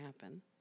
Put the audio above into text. happen